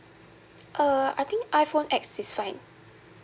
uh I think iphone X is fine